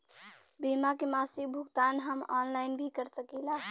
बीमा के मासिक भुगतान हम ऑनलाइन भी कर सकीला?